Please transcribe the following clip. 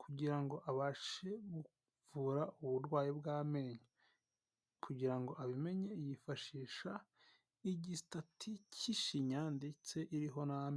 kugira ngo abashe kuvura uburwayi bw'amenyo kugira ngo abimenye yifashisha igisitati cy'ishinya ndetse iriho n'amenyo.